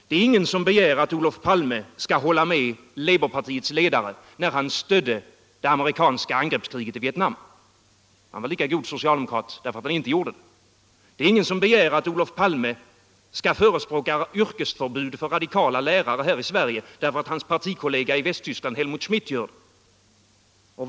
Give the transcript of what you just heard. Det var ingen som begärde att Olof Palme skulle hålla med labourpartiets ledare när han stödde det amerikanska angreppskriget i Vietnam — han var lika god socialdemokrat för att han inte gjorde det. Ingen begär att Olof Palme skall förespråka yrkesförbud för radikala lärare här i Sverige därför att hans partikollega i Västtyskland, Helmut Schmidt, gör det.